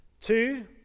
Two